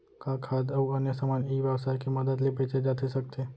का खाद्य अऊ अन्य समान ई व्यवसाय के मदद ले बेचे जाथे सकथे?